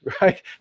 Right